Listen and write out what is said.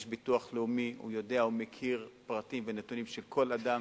יש ביטוח לאומי שיודע ומכיר פרטים ונתונים של כל אדם,